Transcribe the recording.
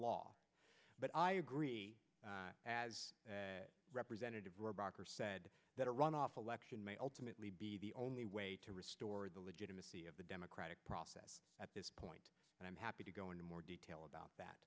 law but i agree as representative rocker said that a runoff election may ultimately be the only way to restore the legitimacy of the democratic process at this point and i'm happy to go into more detail about that